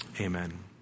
amen